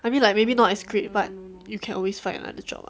I mean like maybe not as great but you can always find another job lah